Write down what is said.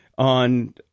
On